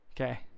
Okay